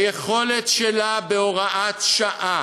היכולת שלה בהוראת שעה